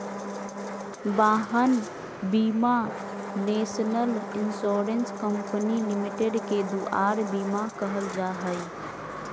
वाहन बीमा national insurance company limited के दुआर बीमा कहल जाहइ